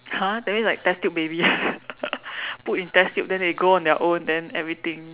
!huh! that means like test tube baby put in test tube then they grow on their own then everything